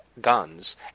Guns